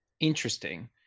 interesting